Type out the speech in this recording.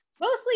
Mostly